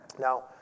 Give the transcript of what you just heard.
Now